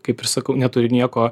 kaip ir sakau neturi nieko